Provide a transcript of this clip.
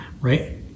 right